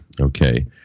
okay